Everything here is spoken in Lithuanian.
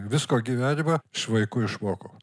visko gyvenime iš vaikų išmokau